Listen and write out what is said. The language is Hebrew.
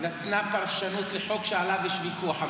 היועצת המשפטית נתנה פרשנות לחוק שעליו יש ויכוח.